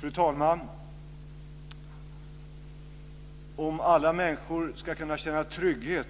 Fru talman! Om alla människor ska kunna känna trygghet